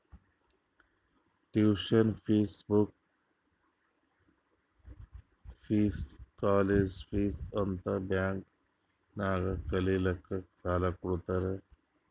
tuition fees, book fees, college fees ಅಂತ್ bank ನಾಗ್ ಕಲಿಲ್ಲಾಕ್ಕ್ ಸಾಲಾ ಕೊಡ್ತಾರ್